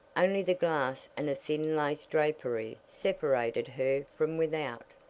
only the glass and a thin lace drapery separated her from without,